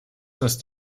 ist